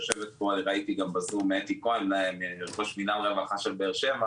יושבת פה ראיתי גם בזום אתי כהן ממשרד הרווחה של באר שבע,